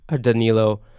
Danilo